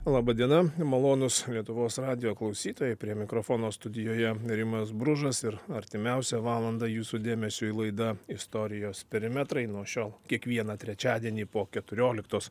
laba diena malonūs lietuvos radijo klausytojai prie mikrofono studijoje rimas bružas ir artimiausią valandą jūsų dėmesiui laida istorijos perimetrai nuo šiol kiekvieną trečiadienį po keturioliktos